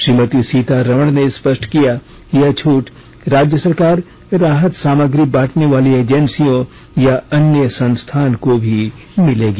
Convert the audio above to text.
श्रीमती सीतारमन ने स्पष्ट किया कि यह छूट राज्य सरकार राहत सामग्री बाटने वाली एजेंसियों या किसी अन्य संस्थान को भी मिलेगी